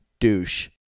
Douche